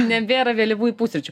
nebėra vėlyvųjų pusryčių